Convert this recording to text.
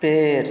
पेड़